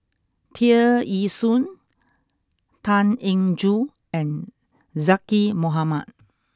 Tear Ee Soon Tan Eng Joo and Zaqy Mohamad